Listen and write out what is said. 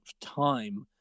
time